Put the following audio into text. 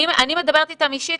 אני מדברת איתם אישית.